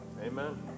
Amen